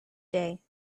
day